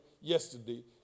yesterday